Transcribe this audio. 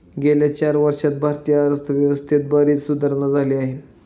गेल्या चार वर्षांत भारतीय अर्थव्यवस्थेत बरीच सुधारणा झाली आहे